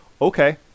Okay